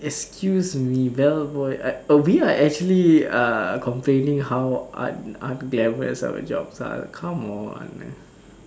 excuse me bellboy uh we are actually uh complaining how unglamorous our jobs are come on